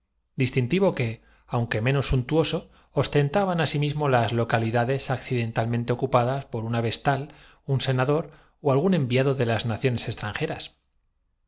distintivo que aunque menos suntuoso os tentaban asimismo las localidades accidentalmente ocupadas por una vestal un senador ó algún enviado de las naciones extranjeras